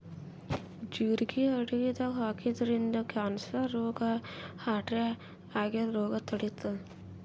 ಜಿರಗಿ ಅಡಗಿದಾಗ್ ಹಾಕಿದ್ರಿನ್ದ ಕ್ಯಾನ್ಸರ್ ರೋಗ್ ಹಾರ್ಟ್ಗಾ ಆಗದ್ದ್ ರೋಗ್ ತಡಿತಾದ್